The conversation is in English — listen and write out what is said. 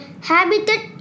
habitat